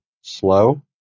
slow